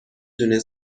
دونه